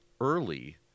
early